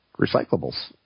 recyclables